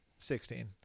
Sixteen